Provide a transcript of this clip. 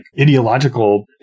ideological